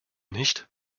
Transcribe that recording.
nicht